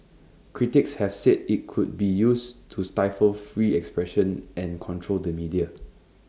critics have said IT could be used to stifle free expression and control the media